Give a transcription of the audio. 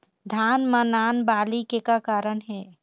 धान म नान बाली के का कारण हे?